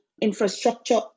infrastructure